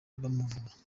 bamuvura